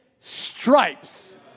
stripes